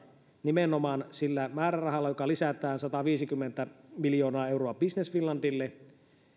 nimenomaan sillä määrärahalla joka lisätään sataviisikymmentä miljoonaa euroa business finlandille